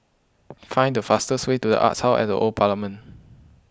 find the fastest way to the Arts House at the Old Parliament